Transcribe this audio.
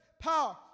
power